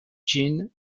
jean